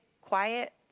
quiet